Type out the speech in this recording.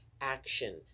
action